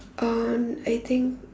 on I think